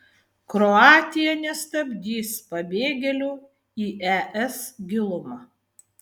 kroatija nestabdys pabėgėlių į es gilumą